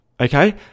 okay